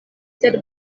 sed